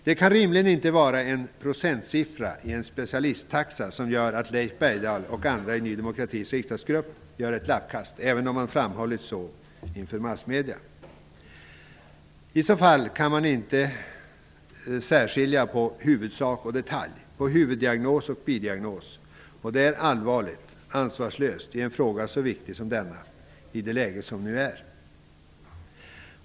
Det kan rimligen inte vara en procentsiffra i en specialisttaxa som gör att Leif Bergdahl och andra i Ny demokratis riksdagsgrupp gör ett lappkast -- även om det har framstått så inför massmedia. I så fall kan man inte skilja på huvudsak och detalj, på huvuddiagnos och bidiagnos. Det är allvarligt och ansvarslöst i en så viktig fråga som denna i rådande läge.